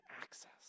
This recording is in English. access